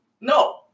No